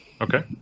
Okay